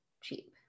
cheap